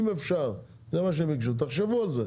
אם אפשר, זה מה שהם ביקשו, תחשבו על זה.